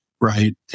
right